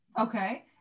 Okay